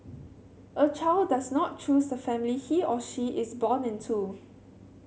a child does not choose the family he or she is born into